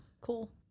Cool